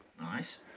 Nice